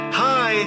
hi